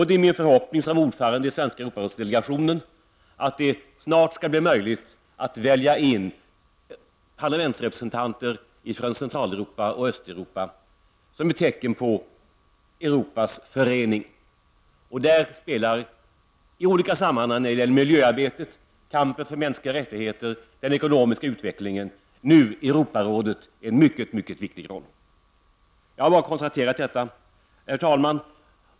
Det är min förhoppning som ordförande för svenska delegationen vid Europarådets parlamentariska församling att det snart skall bli möjligt att välja in parlamentsrepresentanter från Centraleuropa och Östeuropa som ett tecken på Europas förening. I detta sammanhang spelar Europarådet nu i olika sammanhang en mycket viktig roll när det gäller miljöarbete, kampen för mänskliga rättigheter och den ekonomiska utvecklingen. Jag har bara konstaterat detta. Herr talman!